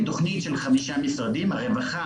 היא תוכנית של חמישה משרדים: הרווחה,